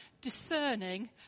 discerning